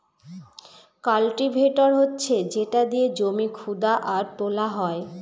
cultivator হচ্ছে যেটা দিয়ে জমি খুদা আর তোলা হয়